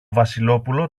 βασιλόπουλο